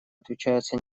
отмечаются